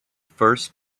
first